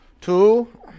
Two